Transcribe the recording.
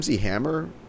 Hammer